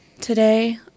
Today